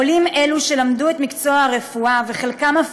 עולים שלמדו את מקצוע הרפואה וחלקם אף